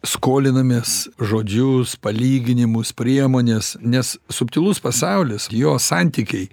skolinamės žodžius palyginimus priemones nes subtilus pasaulis jo santykiai